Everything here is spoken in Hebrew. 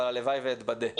אבל הלוואי ואתבדה.